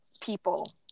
people